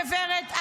הגברת,